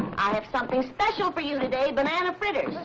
i have something special for you today, banana fritters.